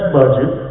budget